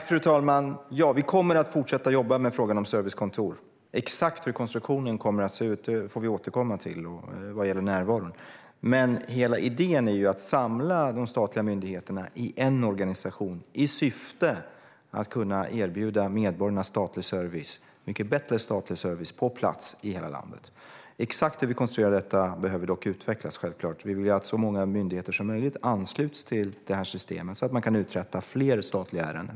Fru talman! Ja, vi kommer att fortsätta jobba med frågan om servicekontor. Exakt hur konstruktionen kommer att se ut vad gäller närvaron får vi återkomma till. Men hela idén är ju att samla de statliga myndigheterna i en organisation i syfte att kunna erbjuda medborgarna mycket bättre statlig service på plats i hela landet. Exakt hur vi konstruerar detta behöver dock självklart utvecklas. Vi vill ju att så många myndigheter som möjligt ansluts till det här systemet, så att man kan uträtta fler statliga ärenden.